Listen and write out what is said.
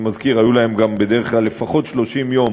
אני מזכיר, היו להם בדרך כלל לפחות 30 יום